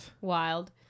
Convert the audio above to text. Wild